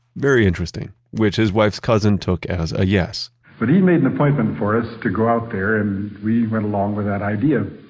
very interesting. which his wife's cousin took as a yes but he made an appointment for us to go out there and we went along with that idea.